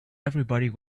everybody